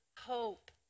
hope